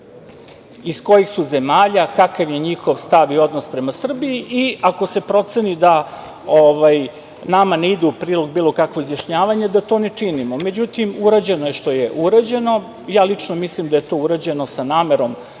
iz kojih su zemalja, kakav je njihov stav i odnos prema Srbiji i ako se proceni da nama ne ide u prilog bilo kakvo izjašnjavanje, da to ne činimo.Međutim, urađeno je što je urađeno i ja lično mislim da je to urađeno sa namerom